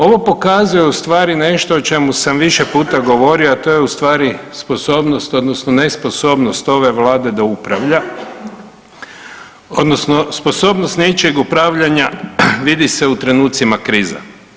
Ovo pokazuje ustvari nešto o čemu sam više puta govorio, a to je ustvari sposobnost odnosno nesposobnost ove vlade da upravlja, odnosno sposobnost nečijeg upravljanja vidi se u trenucima kriza.